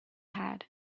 had